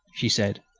she said,